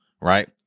right